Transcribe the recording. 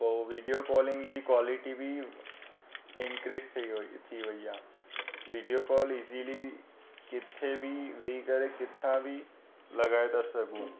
पोइ video calling जी quality बि इंक्रीज थी वई थी वई आहे वीडियो कॉल इजीली किथे बि वेही करे किथां बि लॻाए था सघूं